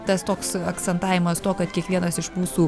tas toks akcentavimas to kad kiekvienas iš mūsų